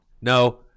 no